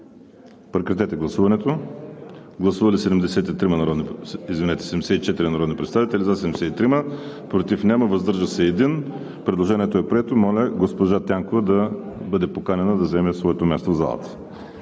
Петя Тянкова. Гласували 74 народни представители: за 73, против няма, въздържал се 1. Предложението е прието. Моля госпожа Тянкова да бъде поканена да заеме своето място в залата.